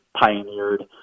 pioneered